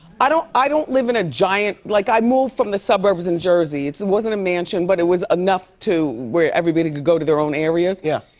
i don't i don't live in a giant like, i moved from the suburbs in jersey. it wasn't a mansion, but it was enough to where everybody could go to their own areas. yeah.